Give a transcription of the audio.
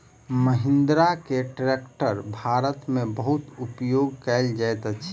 महिंद्रा के ट्रेक्टर भारत में बहुत उपयोग कयल जाइत अछि